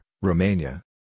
Romania